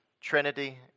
Trinity